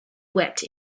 wept